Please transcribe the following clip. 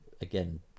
again